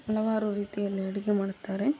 ಹಲವಾರು ರೀತಿಯಲ್ಲಿ ಅಡುಗೆ ಮಾಡ್ತಾರೆ